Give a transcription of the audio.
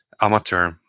amateur